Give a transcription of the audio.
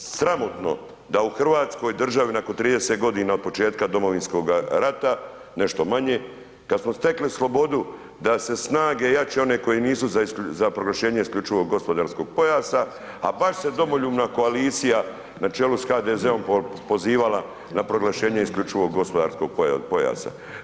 Ovo je sramotno da u Hrvatskoj državi nakon 30 godina od početka Domovinskog rata, nešto manje, kad smo stekli slobodu da se snage jače one koje nisu za proglašenje isključivog gospodarskog pojasa, a baš se Domoljubna koalicija na čelu s HDZ-om pozivala na proglašenje isključivog gospodarskog pojasa.